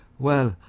well,